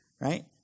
right